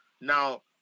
Now